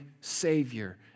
Savior